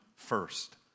First